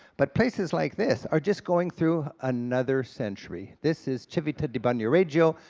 but places like this are just going through another century. this is civita di bagnoregio,